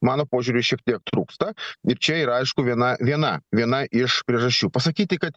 mano požiūriu šiek tiek trūksta ir čia yra aišku viena viena viena iš priežasčių pasakyti kad